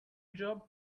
job